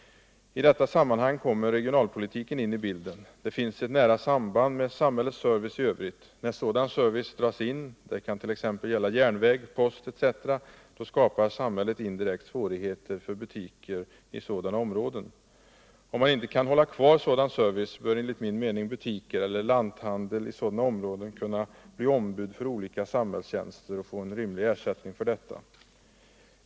I detta sammanhang kommer regionalpolitiken in i bilden. Det finns ett nära samband med samhällets service i övrigt. När sådan service dras in — det kant.ex. gälla järnväg, post etc. — då skapar samhället indirekt svårigheter för butikerna i sådana områden. Om man inte kan hålla kvar sådan service, bör enligt min mening butiker eller lanthandel i sådana områden kunna bli ombud för olika samhällstjänster och få en rimlig ersättning för detta.